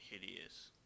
hideous